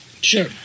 Sure